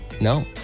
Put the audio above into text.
no